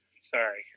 sorry